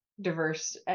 diverse